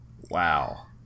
Wow